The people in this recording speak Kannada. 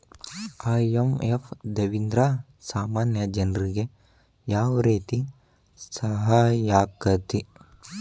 ಐ.ಎಂ.ಎಫ್ ದವ್ರಿಂದಾ ಸಾಮಾನ್ಯ ಜನ್ರಿಗೆ ಯಾವ್ರೇತಿ ಸಹಾಯಾಕ್ಕತಿ?